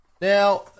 Now